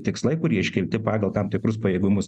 tikslai kurie iškelti pagal tam tikrus pajėgumus